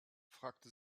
fragte